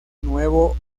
nuevo